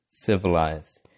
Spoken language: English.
civilized